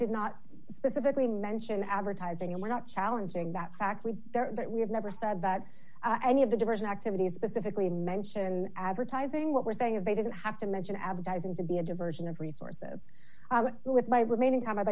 did not specifically mention advertising and were not challenging that fact with but we have never said that i need the diversion activities specifically mention advertising what we're saying is they didn't have to mention advertising to be a diversion of resources with my remaining time i'd